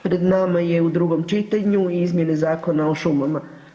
Pred nama je u drugom čitanju i izmjene Zakona o šumama.